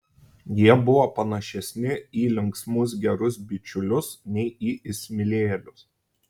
jie buvo panašesni į linksmus gerus bičiulius nei į įsimylėjėlius